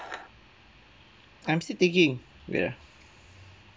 I'm still thinking wait ah